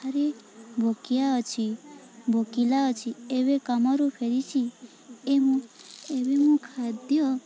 ଏଠାରେ ଭୋକିଆ ଅଛି ଭୋକିଲା ଅଛି ଏବେ କାମରୁ ଫେରିଛି ଏବଂ ଏବେ ମୁଁ ଖାଦ୍ୟ